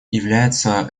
является